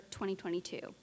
2022